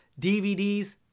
DVDs